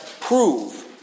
Prove